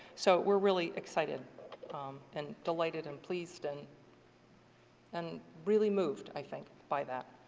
so, we're really excited and delighted and pleased and and really moved i think by that.